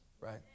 right